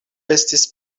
estis